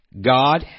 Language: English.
God